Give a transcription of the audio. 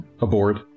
aboard